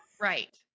right